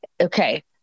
Okay